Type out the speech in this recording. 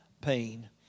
pain